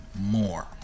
more